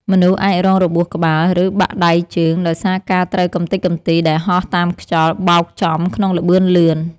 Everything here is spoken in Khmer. មនុស្សអាចរងរបួសក្បាល ឬបាក់ដៃជើងដោយសារការត្រូវកម្ទេចកំទីដែលហោះតាមខ្យល់បោកចំក្នុងល្បឿនលឿន។